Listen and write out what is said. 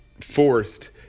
forced